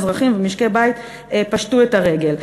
אזרחים ומשקי בית פשטו את הרגל,